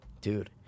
Dude